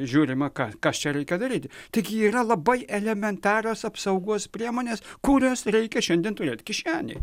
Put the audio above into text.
žiūrima ką kas čia reikia daryti tik yra labai elementarios apsaugos priemonės kurias reikia šiandien turėt kišenėj